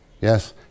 yes